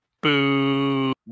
Boo